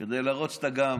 כדי להראות שאתה גם